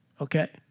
Okay